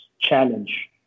challenge